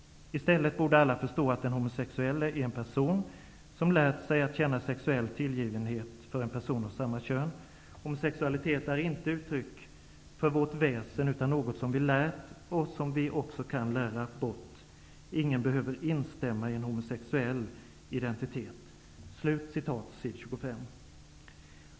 I stället borde alla förstå, att den homosexuelle är en person som lärt sig att känna sexuell tillgivenhet för en person av samma kön. Homosexualitet är inte uttryck för vårt väsen utan något som vi lärt och som vi också kan lära bort. Ingen behöver instämma i en homosexuell identitet.''